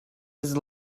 his